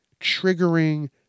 triggering